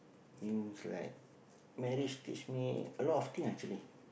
means like marriage teach me a lot of thing actually